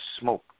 smoke